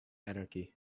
anarchy